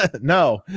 no